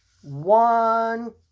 one